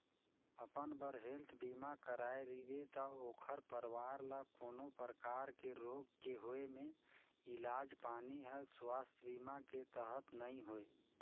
अपन बर हेल्थ बीमा कराए रिबे त ओखर परवार ल कोनो परकार के रोग के होए मे इलाज पानी हर सुवास्थ बीमा के तहत नइ होए